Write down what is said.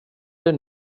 det